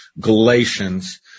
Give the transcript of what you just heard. Galatians